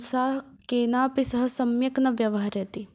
सा केनापि सह सम्यक् न व्यवहरति